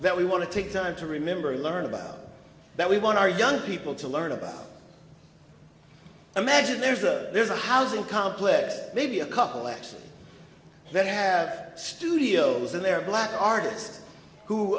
that we want to take time to remember and learn about that we want our young people to learn about imagine there's a there's a housing complex maybe a couple actually very have studios and their black artists who